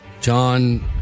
John